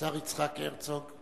השר יצחק הרצוג,